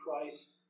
Christ